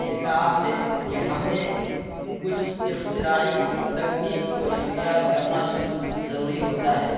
دیکھا آپ نے کہ ہم نے کچھ اختراعی تکنیک کو اختیار کرنا شروع ضروری ہوتا ہے